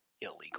illegal